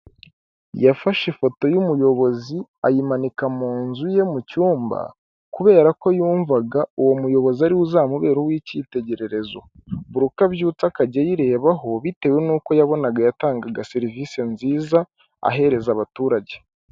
Yafashe ifoto y'umuyobozi ayimanika mu nzu ye mu cyumba kubera ko yumvaga uwo muyobozi ariwe uzamubera uw'icyitegererezo buri uko abyutse akajya ayirebaho bitewe nuko yabonaga yatangaga serivisi nziza ayihereza abaturage .